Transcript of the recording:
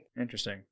Interesting